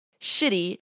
shitty